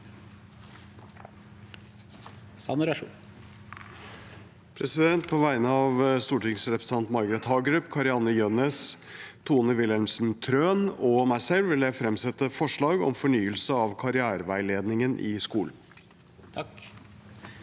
På vegne av stor- tingsrepresentantene Margret Hagerup, Kari-Anne Jønnes, Tone Wilhelmsen Trøen og meg selv vil jeg fremsette et forslag om fornyelse av karriereveiledningen i skolen.